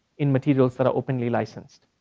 in materials that are openly licensed.